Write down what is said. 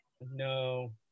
No